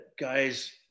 guys